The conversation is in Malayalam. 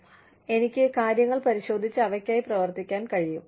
കൂടാതെ എനിക്ക് കാര്യങ്ങൾ പരിശോധിച്ച് അവയ്ക്കായി പ്രവർത്തിക്കാൻ കഴിയും